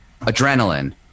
adrenaline